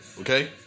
Okay